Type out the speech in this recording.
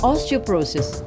Osteoporosis